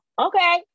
okay